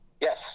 Yes